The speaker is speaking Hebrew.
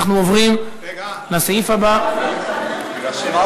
אנחנו עוברים לסעיף הבא, רגע.